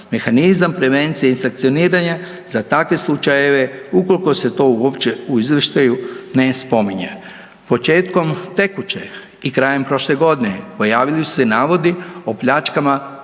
mehanizam prevencije i sankcioniranja za takve slučajeve ukoliko se to uopće u izvještaju ne spominje. Početkom tekuće i krajem prošle godine pojavili su se navodi o pljačkama